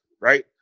Right